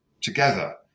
together